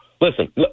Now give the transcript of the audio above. listen